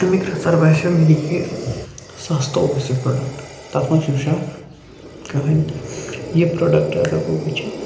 اَمِکۍ رٕژَر باسے مےٚ یہِ سَستہٕ اوس یہِ پرٛوڈَکٹ تَتھ منٛز چھُنہٕ شک کٕہٕنۍ تہِ یہِ پرٛوڈَکٹ اگر بہٕ وٕچھِ